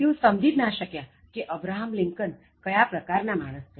તેઓ સમજી જ ન શક્યા કે અબ્રાહમ લિંકન કયા પ્રકાર ના માણસ છે